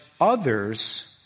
others